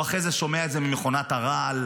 הוא אחרי זה שומע את זה ממכונת הרעל,